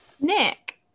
Nick